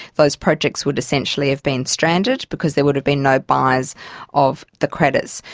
those projects would essentially have been stranded because there would have been no buyers of the credits.